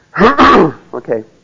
Okay